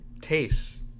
tastes